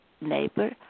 neighbor